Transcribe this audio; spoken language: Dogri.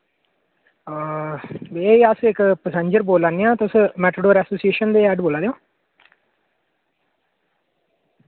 भैया जी अस इक पैसेंजर बोल्ला ने आं तुस मैटाडोर एसोसिएशन दे हैड बोल्ला दे ओ